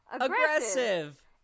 Aggressive